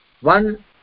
one